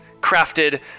Crafted